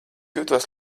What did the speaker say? jūtos